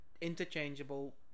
interchangeable